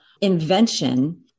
invention